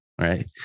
right